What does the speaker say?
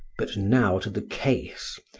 but now to the case,